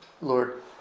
Lord